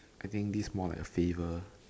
I think this more like a favour